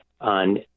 on